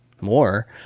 more